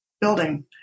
building